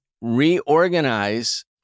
reorganize